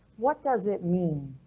what does it mean?